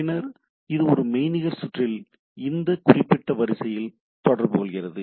பின்னர் இது ஒரு மெய்நிகர் சுற்றில் இந்த குறிப்பிட்ட வரிசையில் தொடர்புகொள்கிறது